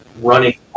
running